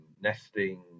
nesting